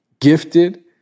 gifted